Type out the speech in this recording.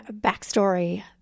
Backstory